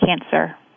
cancer